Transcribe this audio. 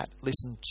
listen